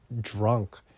drunk